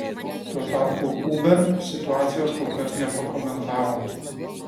tuo tarpu uber situacijos kol kas nepakomentavo